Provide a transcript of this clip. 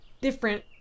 different